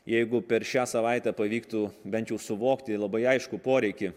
jeigu per šią savaitę pavyktų bent jau suvokti labai aiškų poreikį